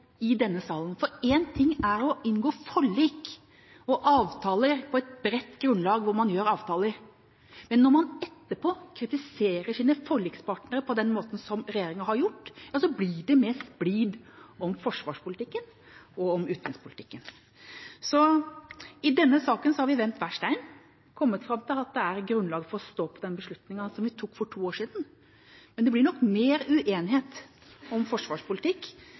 i denne salen. For én ting er å inngå forlik og avtaler på et bredt grunnlag, men når man etterpå kritiserer sine forlikspartnere på den måten som regjeringa har gjort, ja, så blir det mer splid om forsvarspolitikken og om utenrikspolitikken. I denne saken har vi vendt hver stein og kommet fram til at det er grunnlag for å stå på den beslutningen vi tok for to år siden. Men det blir nok mer uenighet om forsvarspolitikk,